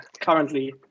currently